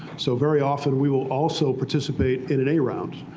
so very often, we will also participate in an a round.